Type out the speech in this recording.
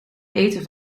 eten